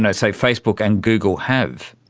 and say, facebook and google have.